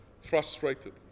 frustrated